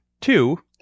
two